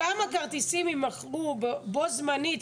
כמה כרטיסים יימכרו בו זמנית,